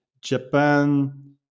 Japan